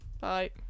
Bye